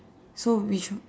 so which